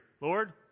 Lord